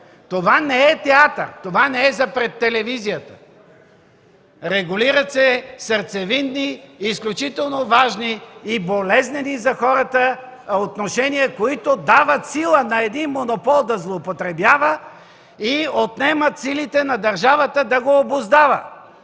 Това не е театър, това не е за пред телевизията. Регулират се сърцевидни, изключително важни и болезнени за хората отношения, които дават силата на един монопол да злоупотребява и отнемат силите на държавата да го обуздава